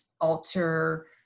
alter